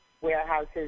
warehouses